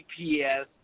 GPS